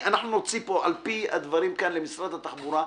נוציא על פי הדברים שעלו כאן מכתב למשרד התחבורה.